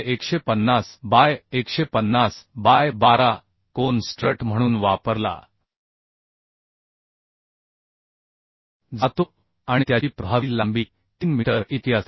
150 by 150 by 12 कोन strut म्हणून वापरला जातो आणि त्याची प्रभावी लांबी 3 मीटर इतकी असते